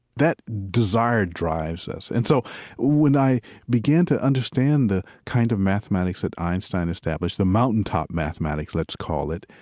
that desire drives us. and so when i began to understand the kind of mathematics that einstein established, the mountaintop mathematics, let's call it,